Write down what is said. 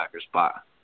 spot